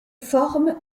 formes